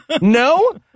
No